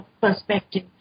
perspective